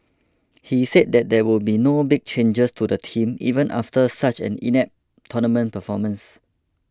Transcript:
he said that there will be no big changes to the team even after such an inept tournament performance